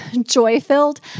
joy-filled